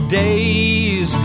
days